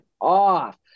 off